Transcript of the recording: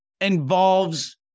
involves